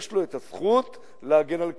יש לו הזכות להגן על קיומו,